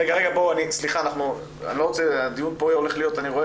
סליחה, הדיון הולך להיות, אני רואה